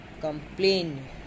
complain